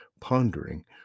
pondering